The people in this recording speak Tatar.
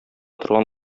торган